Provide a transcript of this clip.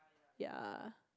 ya